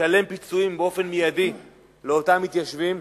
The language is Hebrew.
לשלם פיצויים באופן מיידי לאותם מתיישבים.